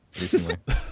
recently